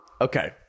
Okay